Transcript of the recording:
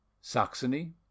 Saxony